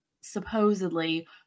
supposedly